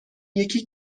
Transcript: یکی